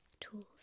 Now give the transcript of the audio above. tools